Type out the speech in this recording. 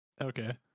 Okay